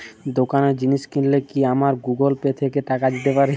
দোকানে জিনিস কিনলে কি আমার গুগল পে থেকে টাকা দিতে পারি?